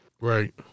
right